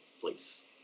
please